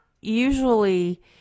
usually